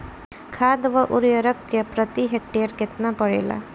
खाद व उर्वरक प्रति हेक्टेयर केतना परेला?